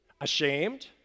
Ashamed